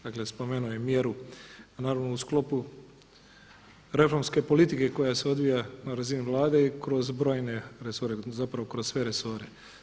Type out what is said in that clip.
Dakle, spomenuo je mjeru a naravno u sklopu reformske politike koja se odvija na razini Vlade i kroz brojne resore, zapravo kroz sve resore.